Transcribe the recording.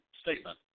statement